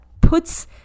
puts